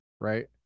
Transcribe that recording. right